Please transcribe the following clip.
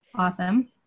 Awesome